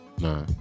nah